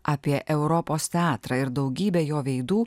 apie europos teatrą ir daugybę jo veidų